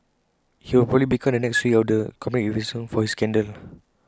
he will probably become the next C E O of the company if IT wasn't for his scandal